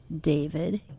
David